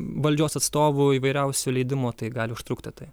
valdžios atstovų įvairiausių leidimų tai gali užtrukti tai